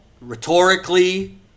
rhetorically